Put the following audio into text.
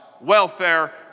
welfare